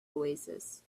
oasis